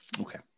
Okay